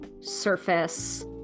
surface